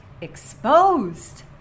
exposed